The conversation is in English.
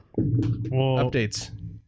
updates